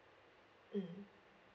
mm